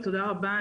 תודה רבה.